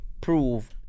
prove